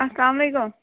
اَسلام علیکُم